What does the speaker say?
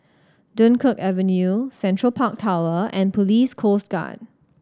Dunkirk Avenue Central Park Tower and Police Coast Guard